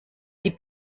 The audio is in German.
die